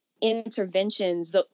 interventions